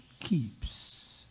keeps